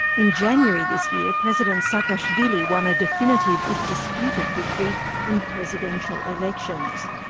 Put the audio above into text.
in january this year, president saakashvili won a definitive, if disputed, victory in presidential elections.